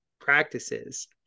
practices